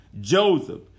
Joseph